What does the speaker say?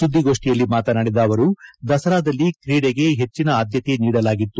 ಸುದ್ದಿಗೋಷ್ಠಿಯಲ್ಲಿ ಮಾತನಾಡಿದ ಅವರುದಸರಾದಲ್ಲಿ ಕ್ರೀಡೆಗೆ ಪೆಚ್ಚಿನ ಆದ್ಕತೆ ನೀಡಲಾಗಿತ್ತು